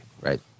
right